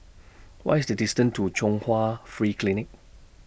What IS The distance to Chung Hwa Free Clinic